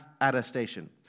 attestation